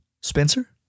Spencer